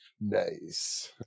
nice